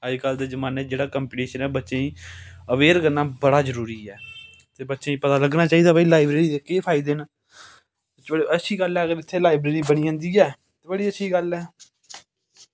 अज्जकल दे जमानै च जेह्ड़ा कंपीटिशन ऐ बच्चें ई अवेअर करना बड़ा जरूरी ऐ ते बच्चें गी पता लग्गना चाहिदा की भई लाईब्रेरी दे केह् फायदे न चलो अच्छी गल्ल ऐ की इत्थें लाईब्रेरी बनी जंदी ऐ बड़ी अच्छी गल्ल ऐ